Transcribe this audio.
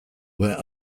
where